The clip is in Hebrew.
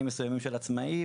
מאפיינים מסויימים של עצמאים,